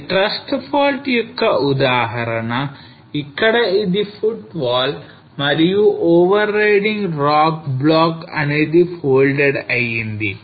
ఇది thrust fault యొక్క ఉదాహరణ ఇక్కడ ఇది footwall మరియు overriding rock block అనేది folded అయింది